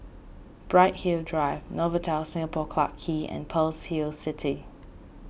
Bright Hill Drive Novotel Singapore Clarke Quay and Pearl's Hill City